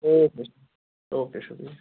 او کے okay شُکرِیہ